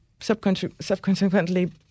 subconsequently